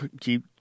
keep